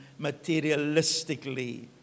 materialistically